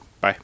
bye